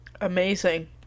Amazing